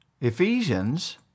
Ephesians